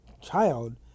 child